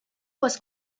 was